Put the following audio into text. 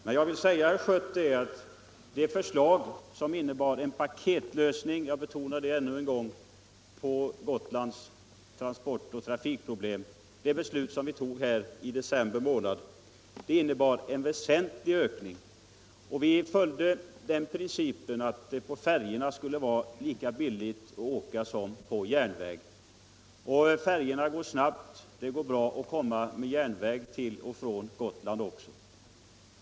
Men jag vill säga herr Schött att den paketlösning i fråga om Gotlands transportoch trafikproblem — jag betonar ännu en gång att det var en paketlösning - som vi fattade beslut om i december 1974 innebär en väsentlig ökning. Vi följde principen att det skall vara lika billigt att resa med färjorna som det är att resa på järnväg. Färjorna går snabbt, och det går bra att komma till och från Gotland på det sättet.